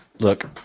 Look